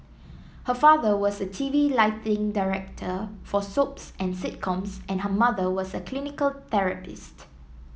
her father was a T V lighting director for soaps and sitcoms and her mother was a clinical therapist